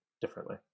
differently